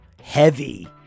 heavy